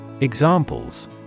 Examples